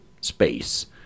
space